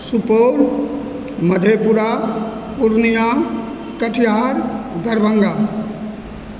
Supaul Madhepura Purnia Katihar Darbhanga